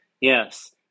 Yes